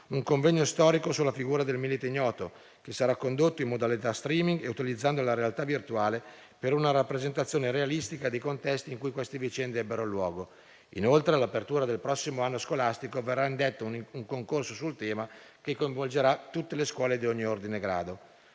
un convegno storico sulla figura del Milite ignoto, che sarà condotto in modalità *streaming* e utilizzando la realtà virtuale per una rappresentazione realistica dei contesti in cui queste vicende ebbero luogo. Inoltre, all'apertura del prossimo anno scolastico verrà indetto un concorso sul tema, che coinvolgerà tutte le scuole di ogni ordine e grado.